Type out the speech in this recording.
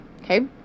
okay